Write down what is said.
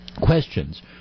questions